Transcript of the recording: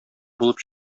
булып